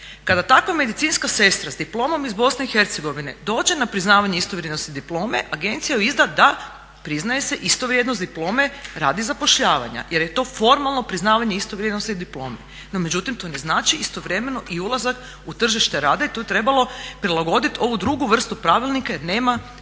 Kada takva medicinska sestra s diplomom iz BiH dođe na priznavanje istovrijednost diplome agencija joj izda da priznaje se istovrijednost diplome radi zapošljavanje jer je to formalno priznavanje istovrijednosti diplome. No međutim to ne znači istovremeno i ulazak u tržište rada i tu je trebalo prilagodit ovu drugu vrstu pravilnika jer nema,